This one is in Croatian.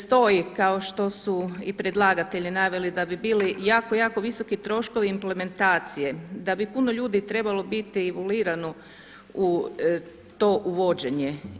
Stoji kao što su i predlagatelji naveli da bi bili jako, jako visoki troškovi implementacije, da bi puno ljudi trebalo biti evulirano u to uvođenje.